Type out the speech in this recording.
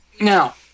Now